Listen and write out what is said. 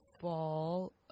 fall